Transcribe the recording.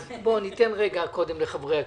אז ניתן קודם לחברי הכנסת,